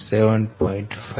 7